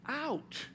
out